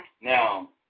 Now